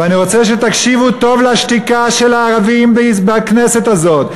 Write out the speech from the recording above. ואני רוצה שתקשיבו טוב לשתיקה של הערבים בכנסת הזאת.